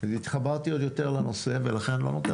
אז התחברתי עוד יותר לנושא ולכן אני לא נותן